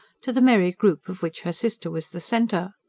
to the merry group of which her sister was the centre.